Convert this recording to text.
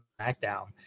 smackdown